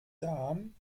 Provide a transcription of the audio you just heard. darm